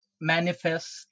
manifest